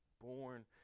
born